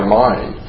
mind